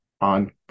on